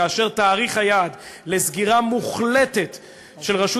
כאשר תאריך היעד לסגירה מוחלטת של רשות